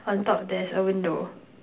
on top there's a window